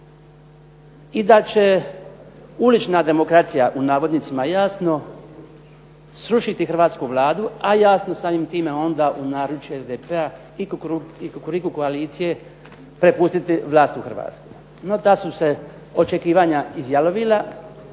i da će "ulična demokracija" jasno srušiti hrvatsku Vladu a jasno samim time u onda u naručje SDP-a i Kukuriku koalicije prepustiti vlast u Hrvatskoj. No ta su se očekivanje izjalovila.